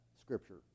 scripture